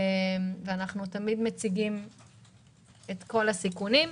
אנחנו תמיד מציגים את כל הסיכונים,